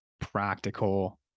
practical